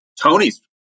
Tony's